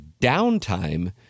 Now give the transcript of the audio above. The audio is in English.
downtime